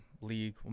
League